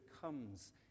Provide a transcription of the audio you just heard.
comes